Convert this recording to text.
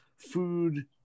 food